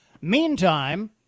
Meantime